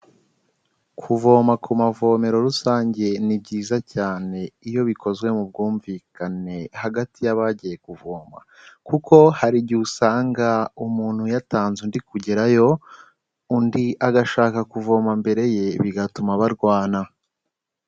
Kuvoma ku mavomero rusange ni byiza cyane, iyo bikozwe mu bwumvikane hagati y'abagiye kuvoma; kuko hari igihe usanga umuntu yatanze undi kugerayo, undi agashaka kuvoma mbere ye bigatuma barwana.